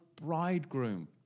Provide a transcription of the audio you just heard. Bridegroom